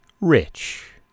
rich